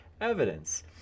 evidence